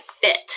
fit